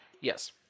yes